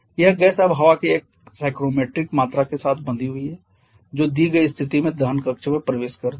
यह गैस अब हवा की एक स्टोइकोमेट्रिक मात्रा के साथ बंधी हुई है जो दी गई स्थिति में दहन कक्ष में प्रवेश करती है